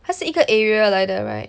它是一个 area 来的 right